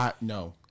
No